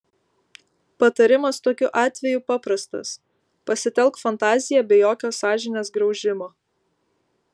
patarimas tokiu atveju paprastas pasitelk fantaziją be jokio sąžinės graužimo